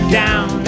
down